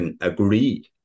agree